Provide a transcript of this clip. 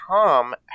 Tom